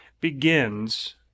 begins